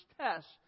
tests